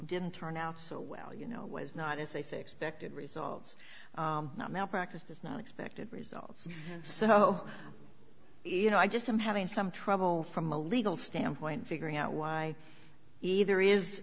didn't turn out so well you know was not as they say expected results not malpractise not expected results so you know i just i'm having some trouble from a legal standpoint figuring out why either is